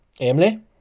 Emily